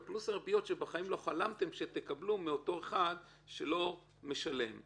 שבאמת הוא מנסה לנצל את המערכת,